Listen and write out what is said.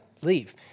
leave